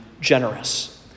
generous